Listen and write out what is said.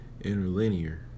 Interlinear